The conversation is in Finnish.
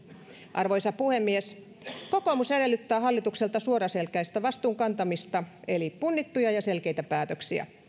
arvoisa puhemies kokoomus edellyttää hallitukselta suoraselkäistä vastuun kantamista eli punnittuja ja selkeitä päätöksiä